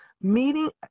meeting